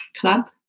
club